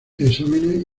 exámenes